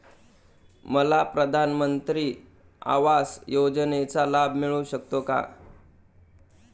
मला प्रधानमंत्री आवास योजनेचा लाभ मिळू शकतो का?